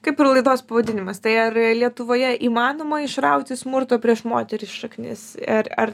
kaip ir laidos pavadinimas tai ar lietuvoje įmanoma išrauti smurto prieš moteris šaknis ar ar